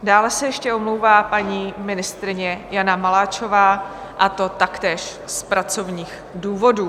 Dále se ještě omlouvá paní ministryně Jana Maláčová, a to taktéž z pracovních důvodů.